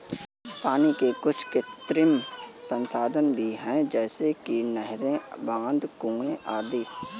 पानी के कुछ कृत्रिम संसाधन भी हैं जैसे कि नहरें, बांध, कुएं आदि